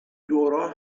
dora